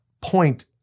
point